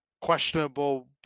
questionable